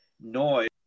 noise